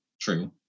true